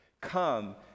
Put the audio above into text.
come